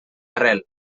arrel